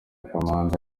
kamanzi